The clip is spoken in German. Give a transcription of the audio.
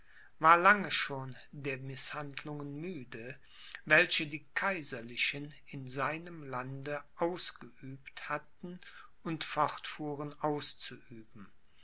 war lange schon der mißhandlungen müde welche die kaiserlichen in seinem lande ausgeübt hatten und fortfuhren auszuüben